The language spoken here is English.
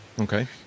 Okay